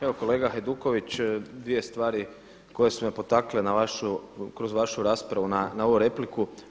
Evo kolega Hajduković, dvije stvari koje su me potakle kroz vašu raspravu na ovu repliku.